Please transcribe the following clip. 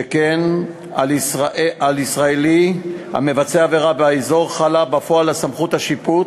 שכן על ישראלי המבצע עבירה באזור חלה בפועל סמכות השיפוט